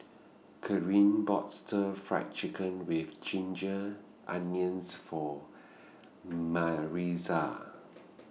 Kerrie bought Stir Fried Chicken with Ginger Onions For Maritza